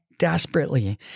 desperately